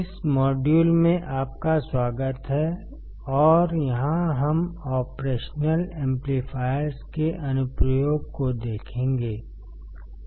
इस मॉड्यूल में आपका स्वागत है और यहाँ हम ऑपरेशनल एम्पलीफाएर्स के अनुप्रयोग को देखेंगे